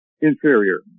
inferior